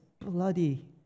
bloody